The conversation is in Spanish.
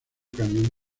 cañón